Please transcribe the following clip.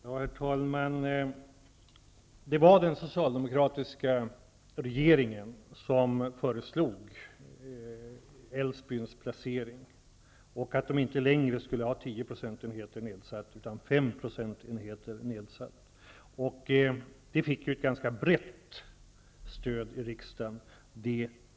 Herr talman! Det var den socialdemokratiska regeringen som föreslog Älvsbyns placering och att kommunen inte längre skulle ha en nedsättning med tio procentenheter utan en nedsättning med fem procentenheter. Detta förslag fick ett ganska brett stöd i riksdagen.